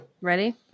Ready